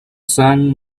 sun